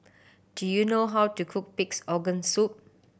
do you know how to cook Pig's Organ Soup